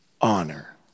honor